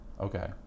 okay